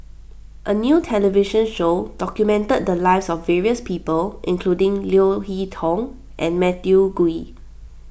a new television show documented the lives of various people including Leo Hee Tong and Matthew Ngui